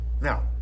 now